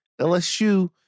LSU